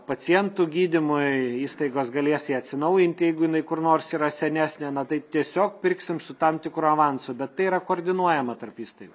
pacientų gydymui įstaigos galės ją atsinaujinti jeigu jinai kur nors yra senesnė na tai tiesiog pirksim su tam tikru avansu bet tai yra koordinuojama tarp įstaigų